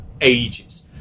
ages